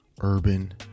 urban